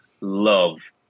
love